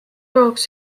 tooks